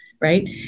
right